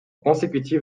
consécutif